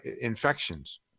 infections